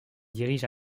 dirige